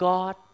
God